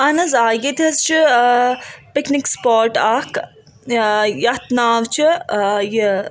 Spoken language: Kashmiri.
اہن حظ آ ییٚتہِ حظ چھِ پِکنِک سُپاٹ اَکھ اۭں یَتھ ناو چھُ یہِ